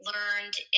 learned